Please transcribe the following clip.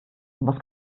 was